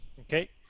Okay